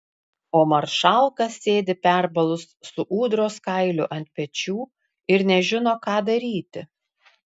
o maršalka sėdi perbalus su ūdros kailiu ant pečių ir nežino ką daryti